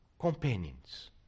companions